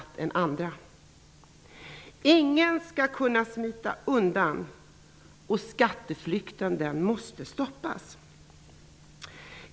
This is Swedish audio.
Det andra är att ingen skall kunna smita undan. Skatteflykten måste stoppas.